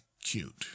Cute